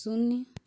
शून्य